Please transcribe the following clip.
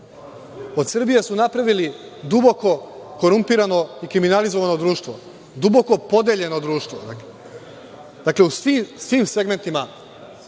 Od Srbije su napravili duboko korumpirano i kriminalizovano društvo, duboko podeljeno društvo. Dakle, u svim segmentima